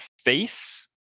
face